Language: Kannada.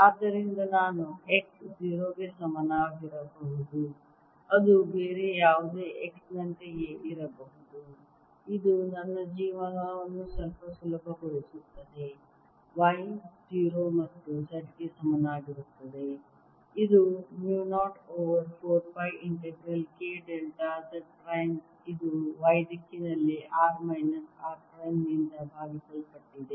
ಆದ್ದರಿಂದ ನಾನು x 0 ಗೆ ಸಮನಾಗಿರಬಹುದು ಅದು ಬೇರೆ ಯಾವುದೇ x ನಂತೆಯೇ ಇರಬಹುದು ಇದು ನನ್ನ ಜೀವನವನ್ನು ಸ್ವಲ್ಪ ಸುಲಭಗೊಳಿಸುತ್ತದೆ y 0 ಮತ್ತು z ಗೆ ಸಮನಾಗಿರುತ್ತದೆ ಇದು mu 0 over 4 pi integral k delta Z prime ಇದು Y ದಿಕ್ಕಿನಲ್ಲಿ r ಮೈನಸ್ r ಪ್ರೈಮ್ನಿಂದ ಭಾಗಿಸಲ್ಪಟ್ಟಿದೆ